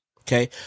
Okay